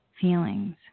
feelings